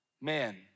man